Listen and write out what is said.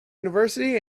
university